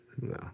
no